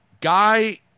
guy